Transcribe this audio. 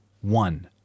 One